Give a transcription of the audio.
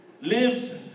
lives